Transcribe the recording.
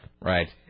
Right